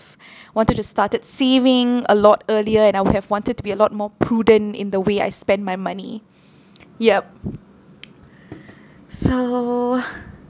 wanted to started saving a lot earlier and I would have wanted to be a lot more prudent in the way I spend my money yup so